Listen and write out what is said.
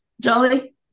Jolly